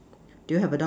do you have a dog